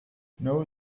now